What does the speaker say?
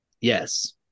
Yes